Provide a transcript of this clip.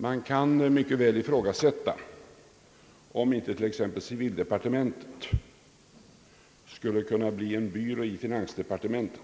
Man kan mycket väl ifrågasätta om inte t.ex. civildepartementet skulle kunna bli en byrå i finansdepartementet,